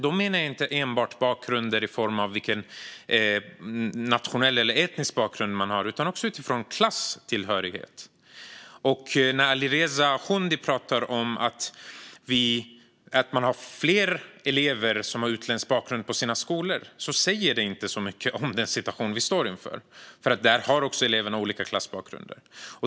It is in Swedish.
Jag menar inte enbart nationell eller etnisk bakgrund utan också utifrån klasstillhörighet. När Alireza Akhondi pratar om fler elever med utländsk bakgrund på skolorna, säger det inte så mycket om den situation vi står inför. Där har eleverna också olika klassbakgrunder.